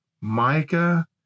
Micah